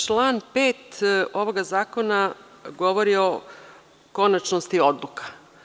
Član 5. ovog zakona govori o konačnosti odluka.